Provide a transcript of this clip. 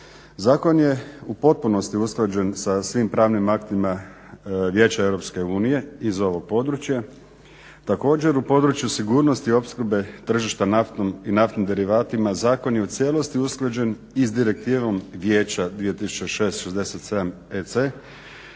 Zakon je u potpunosti usklađen sa svim pravnim aktima Vijeća EU iz ovog područja. Također, u području sigurnosti opskrbe tržišta i naftnim derivatima zakon je u cijelosti usklađen i s Direktivom Vijeća 2006/67 EC